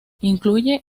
incluye